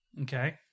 Okay